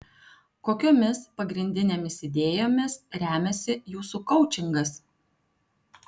kokiomis pagrindinėmis idėjomis remiasi jūsų koučingas